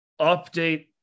update